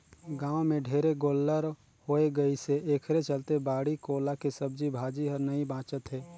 गाँव में ढेरे गोल्लर होय गइसे एखरे चलते बाड़ी कोला के सब्जी भाजी हर नइ बाचत हे